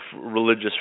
religious